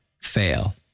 fail